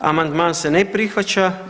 Amandman se ne prihvaća.